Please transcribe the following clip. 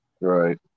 Right